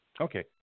Okay